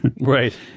Right